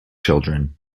children